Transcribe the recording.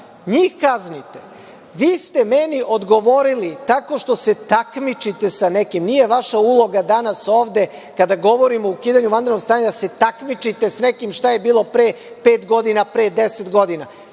njih kaznite. Vi ste meni odgovorili tako što se takmičite sa nekim. Nije vaša uloga danas ovde, kada govorimo o ukidanju vanrednog stanja, da se takmičite s nekim šta je bilo pre pet ili deset godina.